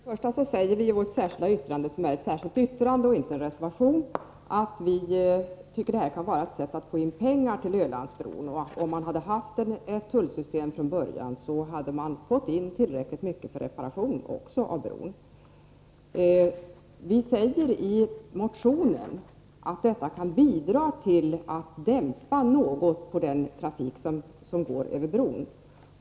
Herr talman! I vårt särskilda yttrande — det är alltså ingen reservation — säger vi att avgifter kan vara ett sätt att få in pengar till Ölandsbron. Om man hade haft ett tullsystem från början, skulle man ha fått in tillräckligt mycket pengar för reparationer av bron. I vår motion säger vi att ett avgiftssystem kan bidra till att något dämpa den trafik som går över bron.